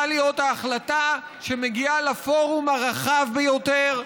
להיות ההחלטה שמגיעה לפורום הרחב ביותר,